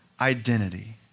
identity